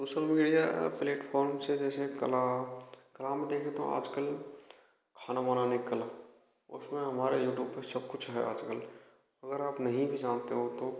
social media platform से जैसे कला कला में देखें तो आजकल खाना बनाने की कला उसमें हमारे यूट्यूब पे सबकुछ है आजकल अगर आप नहीं भी जानते हो तो